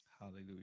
Hallelujah